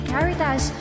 Caritas